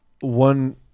one